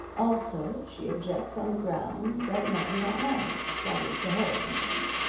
also she objects on the ground that no one got married that is, the heroine didn't.